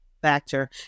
Factor